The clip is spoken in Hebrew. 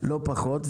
לא פחות.